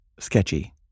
sketchy